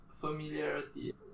familiarity